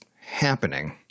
happening